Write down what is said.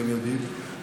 אתם יודעים,